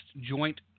joint